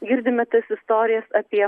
girdime tas istorijas apie